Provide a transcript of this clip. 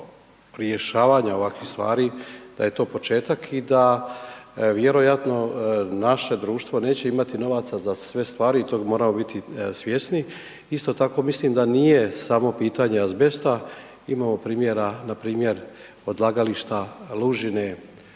rješavanja ovakvih stvari, da je to početak i da vjerojatno naše društvo neće imati novaca za sve stvari i toga moramo biti svjesni. Isto tako mislim da nije samo pitanje azbesta, imamo primjera npr. odlagališta lužine